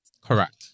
Correct